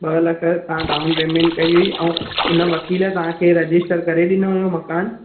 ॿ लख तव्हां डाउन पेमेंट कई हुई ऐं उन वकील तव्हां खे रजिस्टर करे ॾिनो हुयो मकान